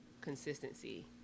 consistency